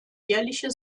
jährliche